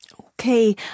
Okay